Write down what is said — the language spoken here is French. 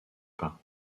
pas